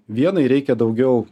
vienai reikia daugiau